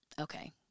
okay